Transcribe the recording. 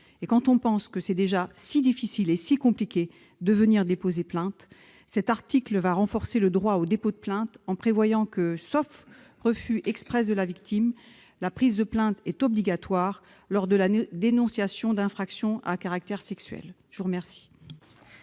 elle-même. Or c'est déjà si difficile et si compliqué de venir déposer plainte ! Une fois amendé, cet article renforcera le droit au dépôt de plainte, en prévoyant que, sauf refus express de la victime, la prise de plainte est obligatoire lors de la dénonciation d'infractions à caractère sexuel. L'amendement